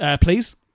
Please